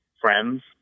friends